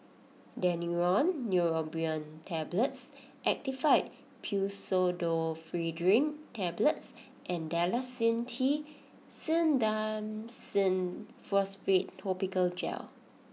Daneuron Neurobion Tablets Actifed Pseudoephedrine Tablets and Dalacin T Clindamycin Phosphate Topical Gel